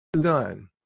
done